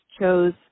chose